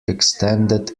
extended